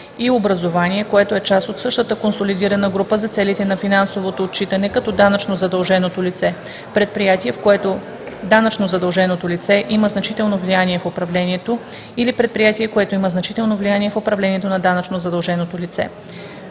и образувание, което е част от същата консолидирана група за целите на финансовото отчитане като данъчно задълженото лице; предприятие, в което данъчно задълженото лице има значително влияние в управлението; или предприятие, което има значително влияние в управлението на данъчно задълженото лице.“